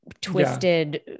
twisted